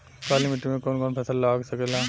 काली मिट्टी मे कौन कौन फसल लाग सकेला?